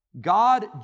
God